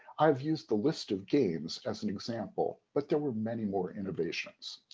i've used the list of games as an example, but there were many more innovations.